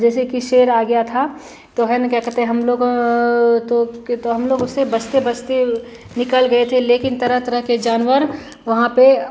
जैसे कि शेर आ गया था तो है ना क्या कहते हैं हमलोग तो हमलोग उससे बचते बचते निकल गए थे लेकिन तरह तरह के जानवर वहाँ पर